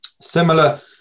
Similar